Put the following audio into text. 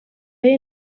ari